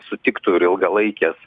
sutiktų ir ilgalaikes